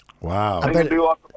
wow